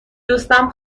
دوستم